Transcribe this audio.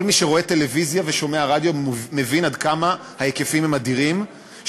כל מי שרואה טלוויזיה ושומע רדיו מבין עד כמה ההיקפים של הפרסום